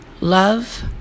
love